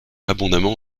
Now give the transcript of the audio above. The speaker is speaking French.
abondamment